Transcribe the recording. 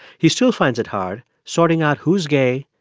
he still finds it hard sorting out who's gay,